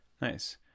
Nice